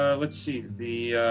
let's see. the,